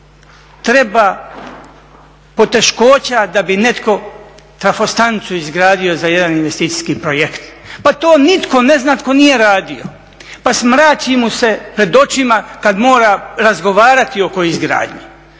treba poteškoća da bi netko trafostanicu izgradio za jedan investicijski projekt? Pa to nitko ne zna tko nije radio. Pa smrači mu se pred očima kad mora razgovarati oko izgradnje.